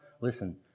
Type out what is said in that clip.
Listen